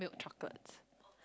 milk chocolates